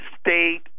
state